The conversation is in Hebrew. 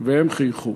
והם חייכו.